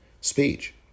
speech